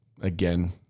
Again